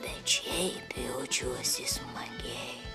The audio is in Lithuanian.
bet šiaip jaučiuosi smagiai